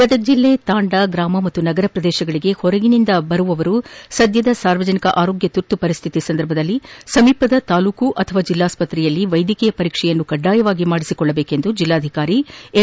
ಗದಗ ಜಿಲ್ಲೆಯ ತಾಂಡಾ ಗ್ರಾಮ ಹಾಗೂ ನಗರ ಪ್ರದೇಶಗಳಿಗೆ ಹೊರಗಿನಿಂದ ಆಗಮಿಸಿದವರು ಸದ್ದದ ಸಾರ್ವಜನಿಕ ಆರೋಗ್ಯ ತುರ್ತು ಪರಿಸ್ಥಿತಿಯಲ್ಲಿ ಸಮೀಪದ ತಾಲೂಕ್ ಅಥವಾ ಜಿಲ್ಲಾಸ್ತತೆಯಲ್ಲಿ ವೈದ್ಯಕೀಯ ಪರೀಕ್ಷೆಯನ್ನು ಕಡ್ಡಾಯವಾಗಿ ಮಾಡಿಸುವಂತೆ ಜಿಲ್ಲಾಧಿಕಾರಿ ಎಂ